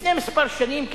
לפני כמה שנים,